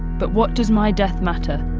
but what does my death matter,